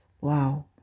Wow